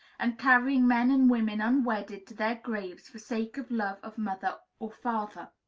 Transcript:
and carrying men and women unwedded to their graves for sake of love of mother or father.